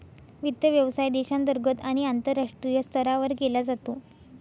वित्त व्यवसाय देशांतर्गत आणि आंतरराष्ट्रीय स्तरावर केला जातो